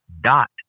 dot